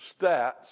stats